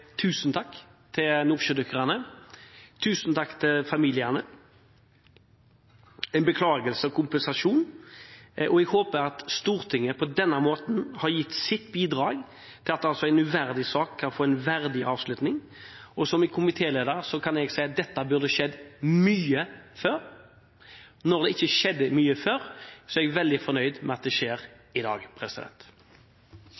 tusen takk til nordsjødykkerne, tusen takk til familiene. Med en beklagelse og kompensasjon håper jeg at Stortinget på den måten har gitt sitt bidrag til at en uverdig sak kan få en verdig avslutning. Som komitéleder kan jeg si at dette burde skjedd mye før. Når det ikke skjedde mye før, er jeg veldig fornøyd med at det skjer